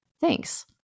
Thanks